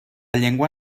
llengua